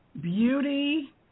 beauty